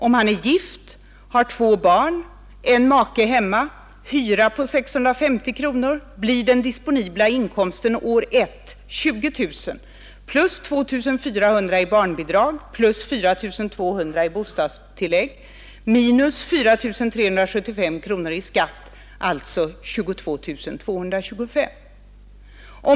Om han är gift, har två barn, en make hemma, hyra på 650 kronor, blir den disponibla inkomsten år 1 20 000, plus 2400 i barnbidrag, plus 4 200 i bostadstillägg, minus 4 375 kronor i skatt, alltså 22 225 kronor.